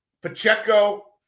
Pacheco